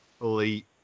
Elite